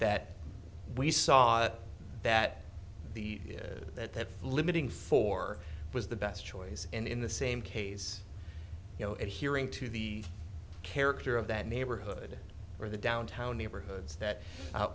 that we saw that the that limiting four was the best choice and in the same case you know it hearing to the character of that neighborhood or the downtown neighborhoods that